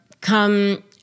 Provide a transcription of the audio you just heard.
come